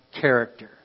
character